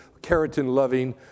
keratin-loving